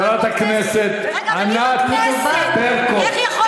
חברת הכנסת ענת ברקו, איך יכול להיות אפרטהייד?